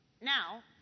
Now